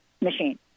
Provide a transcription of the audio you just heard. machine